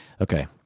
okay